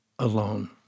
alone